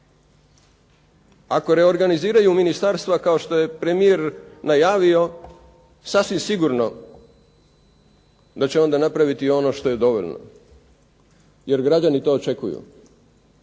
Ako reorganiziraju ministarstva kao što je premijer najavio, sasvim sigurno da će onda napraviti ono što je dovoljno. Jer građani to očekuju.